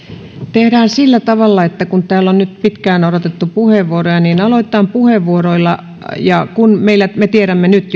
tehdään sillä tavalla että kun täällä on nyt pitkään odotettu puheenvuoroja niin aloitetaan puheenvuoroilla ja kun me tiedämme jo nyt